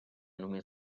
només